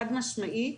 חד משמעית,